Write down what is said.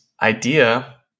idea